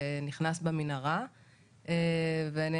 נכנס במנהרה ונהרג.